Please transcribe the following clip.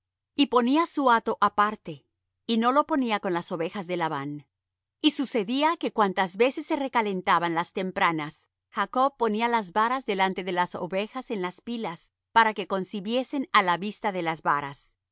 y ponía su hato aparte y no lo ponía con las ovejas de labán y sucedía que cuantas veces se recalentaban las tempranas jacob ponía las varas delante de las ovejas en las pilas para que concibiesen á la vista de las varas y